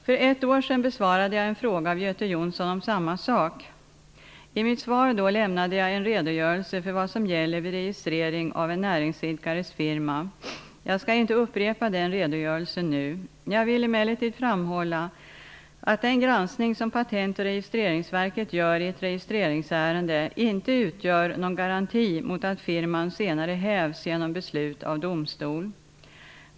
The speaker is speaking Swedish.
För ett år sedan besvarade jag en fråga av Göte Jonsson om samma sak. I mitt svar då lämnade jag en redogörelse för vad som gäller vid registrering av en näringsidkares firma. Jag skall inte upprepa den redogörelsen nu. Jag vill emellertid framhålla att den granskning som Patent och registreringsverket gör i ett registreringsärende inte utgör någon garanti mot att firman senare hävs genom beslut av domstol.